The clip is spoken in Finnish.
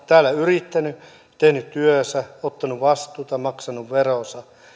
täällä yrittänyt tehnyt työnsä ottanut vastuuta maksanut veronsa